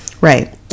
Right